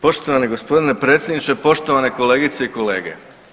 Poštovani gospodine predsjedniče, poštovane kolegice i kolege.